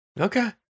Okay